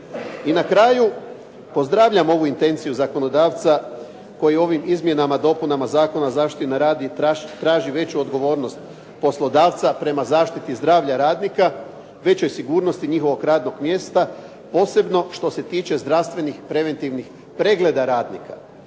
I na kraju, pozdravljam ovu intenciju zakonodavca koji ovim izmjenama i dopunama Zakona o zaštiti na radu traži veću odgovornost poslodavca prema zaštiti zdravlja radnika, većoj sigurnosti njihovog radnog mjesta, posebno što se tiče zdravstvenih preventivnih pregleda radnika,